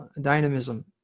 dynamism